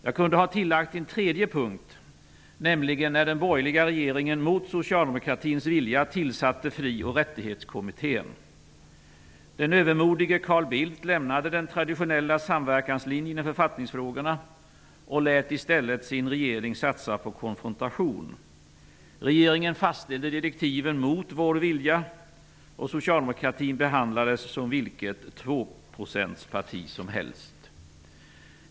Jag kunde ha tillagt en tredje punkt; nämligen när den borgerliga regeringen, mot socialdemokratins vilja, tillsatte Fri och rättighetskommittén. Den övermodige Carl Bildt lämnade den traditionella samverkanslinjen i författningsfrågorna och lät i stället sin regering satsa på konfrontation. Regeringen fastställde direktiven mot vår vilja. Socialdemokratin behandlades som vilket tvåprocentsparti som helst.